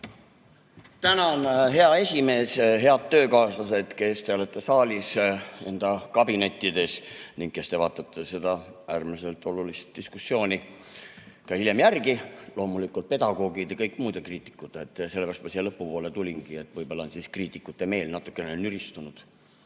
Tänan, hea esimees! Head töökaaslased, kes te olete saalis, enda kabinettides ning kes te vaatate seda äärmiselt olulist diskussiooni ka hiljem järele! Loomulikult pedagoogid ja kõik muud kriitikud! Sellepärast ma siia lõpu poole tulingi, et võib-olla on siis kriitikute meel natukene nüristunud.